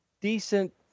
decent